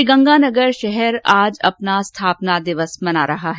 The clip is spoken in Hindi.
श्रीगंगानगर शहर आज अपना स्थापना दिवस मना रहा है